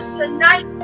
tonight